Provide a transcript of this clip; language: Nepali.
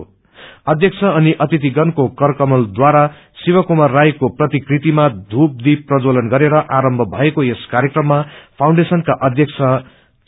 कार्यक्रम अध्यक्ष अनि अतिथिगणको करकमलद्वारा श्वि कुमार राईको प्रतिकृतिमा ध्रूप ढीप प्रञ्जक्लन गरे आरम्भ भएको यस कार्यक्रममा प्रउण्डेशनका अध्यक्ष